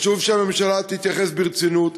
חשוב שהממשלה תתייחס ברצינות,